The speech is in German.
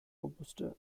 robuste